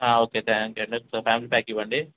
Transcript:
okay thank you అండి ఒక family pack ఇవ్వండి